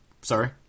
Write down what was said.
sorry